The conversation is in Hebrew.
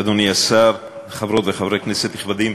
אדוני השר, חברות וחברי כנסת נכבדים,